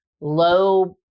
low